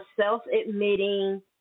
self-admitting